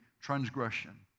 transgression